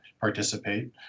participate